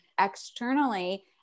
externally